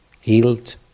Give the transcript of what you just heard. healed